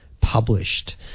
published